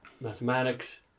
mathematics